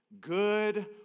good